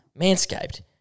MANSCAPED